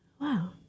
wow